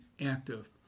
active